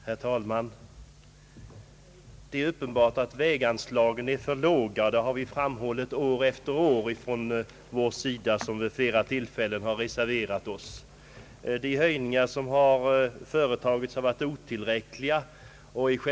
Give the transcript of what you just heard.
Herr talman! Det är uppenbart att väganslagen är för små. Detta har år efter år framhållits av oss som vid flera tillfällen avgivit reservationer med förslag till höjningar. De höjningar som företagits har varit otillräckliga.